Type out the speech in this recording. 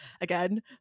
again